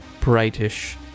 brightish